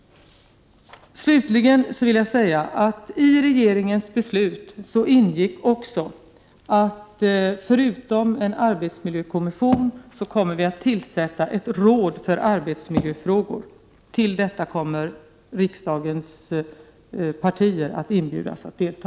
Slutligen vill jag säga att det i regeringens beslut också ingick att vi förutom en arbetsmiljökommission skall tillsätta ett råd för arbetsmiljöfrågor. Till detta kommer riksdagens partier att inbjudas att delta.